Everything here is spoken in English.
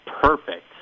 perfect